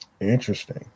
interesting